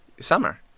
summer